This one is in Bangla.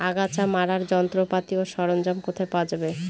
আগাছা মারার যন্ত্রপাতি ও সরঞ্জাম কোথায় পাওয়া যাবে?